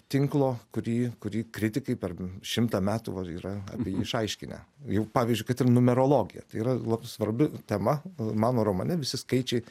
tinklo kurį kurį kritikai per šimtą metų va yra apie jį išaiškinę jau pavyzdžiui kad ir numerologija tai yra lab svarbi tema mano romane visi skaičiai